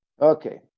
Okay